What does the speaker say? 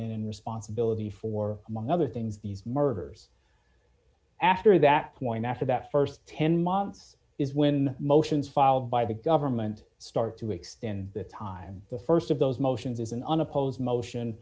and responsibility for among other things these murders after that point after that st ten months is when motions filed by the government start to extend the time the st of those motions is an